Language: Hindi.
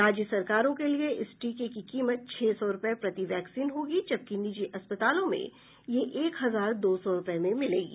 राज्य सरकारों के लिए इस टीके की कीमत छह सौ रुपए प्रति वैक्सीन होगी जबकि निजी अस्पतालों में यह एक हजार दो सौ रुपए में मिलेगी